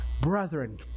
brethren